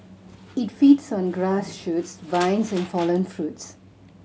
it feeds on grass shoots vines and fallen fruits